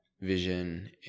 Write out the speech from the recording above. vision